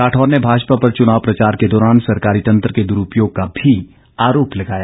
राठौर ने भाजपा पर चुनाव प्रचार के दौरान सरकारी तंत्र के दुरुपयोग का भी आरोप लगाया